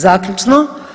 Zaključno.